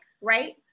right